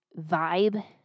vibe